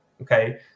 okay